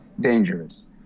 dangerous